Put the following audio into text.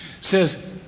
says